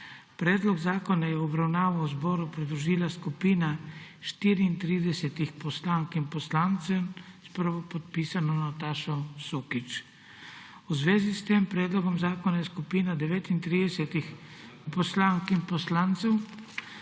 Predlog zakona je v obravnavo Državnemu zboru predložila skupina 34 poslank in poslancev s prvopodpisano Natašo Sukič. V zvezi s tem predlogom zakona je skupina 39 poslank in poslancev